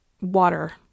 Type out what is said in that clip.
water